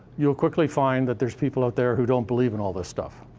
you'll quickly find that there's people out there who don't believe in all this stuff.